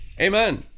Amen